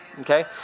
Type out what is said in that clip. Okay